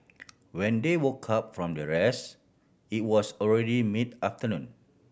when they woke up from their rest it was already mid afternoon